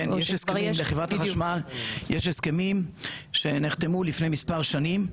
כן, יש הסכמים בחברת החשמל שנחתמו לפני מספר שנים.